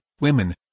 women